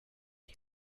you